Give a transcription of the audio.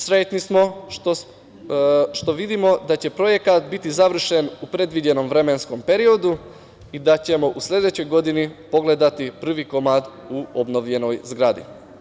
Srećni smo što vidimo da će projekat biti završen u predviđenom vremenskom periodu i da ćemo u sledećoj godini pogledati prvi komad u obnovljenoj zgradi.